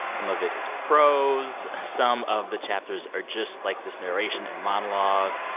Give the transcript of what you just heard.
some of it is prose. ah some of the chapters are just, like, this narration and monologue.